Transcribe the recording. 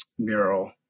Mural